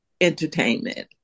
entertainment